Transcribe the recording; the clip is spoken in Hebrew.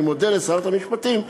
אני מודה לשרת המשפטים,